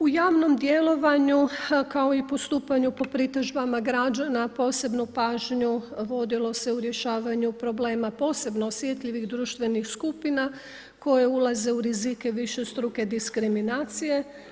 U javnom djelovanju kao i postupanju po pritužbama građana posebnu pažnju vodilo se u rješavanju problema posebno osjetljivih društvenih skupina koje ulaze u rizike višestruke diskriminacije.